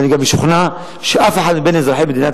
ואני גם משוכנע שאף אחד מבין אזרחי מדינת